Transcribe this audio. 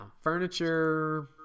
Furniture